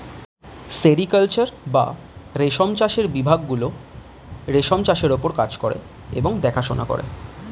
sericulture বা রেশম চাষের বিভাগ গুলো রেশম চাষের ওপর কাজ করে এবং দেখাশোনা করে